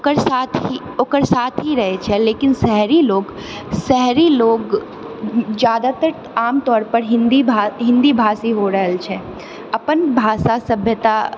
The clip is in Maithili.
ओकर साथ ही ओकर साथ ही रहै छै लेकिन शहरी लोग शहरी लोग ज्यादातर आमतौर पर हिन्दी भा हिन्दी भाषी हो रहल छै अपन भाषा सभ्यता